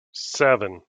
seven